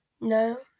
No